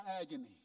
agony